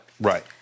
Right